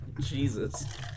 Jesus